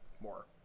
more